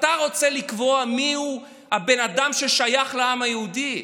אתה רוצה לקבוע מיהו הבן אדם ששייך לעם היהודי?